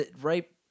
right